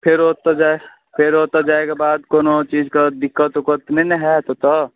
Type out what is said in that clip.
फेरो ओतऽ जाइ फेरो ओतऽ जाइके बाद कोनो चीज कऽ दिक्कत ओक्कत तऽ नहि ने हाएत ओतऽ